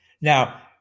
Now